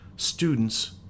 students